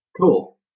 Cool